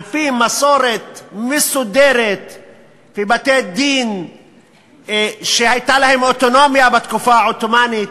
על-פי מסורת מסודרת ובתי-דין שהייתה להם אוטונומיה בתקופה העות'מאנית.